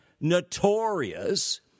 notorious